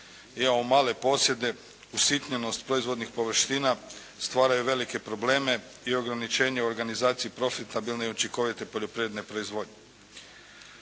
imamo male posjede. Usitnjenost proizvodnih površina stvaraju velike probleme i ograničenje u organizaciji profitabilne i učinkovite poljoprivredne proizvodnje.